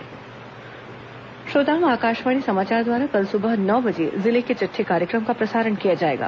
जिले की चिट्ठी श्रोताओं आकाशवाणी समाचार द्वारा कल सुबह नौ बजे जिले की चिट्ठी कार्यक्रम का प्रसारण किया जाएगा